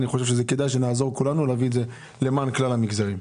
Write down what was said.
אני חושב שכדאי שנעזור כולנו להביא את זה למען כלל המגזרים.